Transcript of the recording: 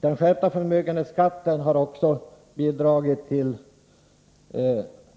Den skärpta förmögenhetsskatten har också medfört